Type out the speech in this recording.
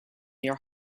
your